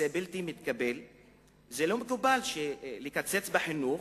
לא מקובל לקצץ בחינוך